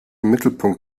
mittelpunkt